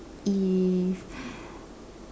if